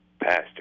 pastor